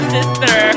Sister